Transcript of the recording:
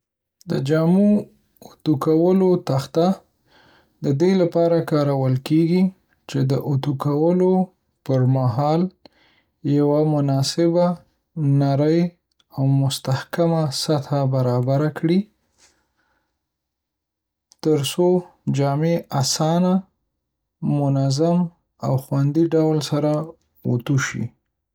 د جامو د اوتو کولو تخته د دې لپاره کارول کېږي چې د اوتو کولو پر مهال یوه مناسبه، نرۍ، او مستحکمه سطحه برابر کړي، تر څو جامې اسانه، منظم، او خوندي ډول سره اوتو شي.